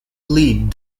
lead